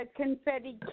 confetti